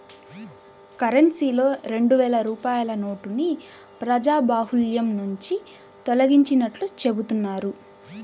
కరెన్సీలో రెండు వేల రూపాయల నోటుని ప్రజాబాహుల్యం నుంచి తొలగించినట్లు చెబుతున్నారు